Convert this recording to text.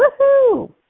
Woohoo